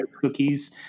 cookies